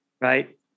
right